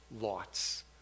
Lots